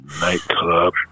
nightclub